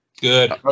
Good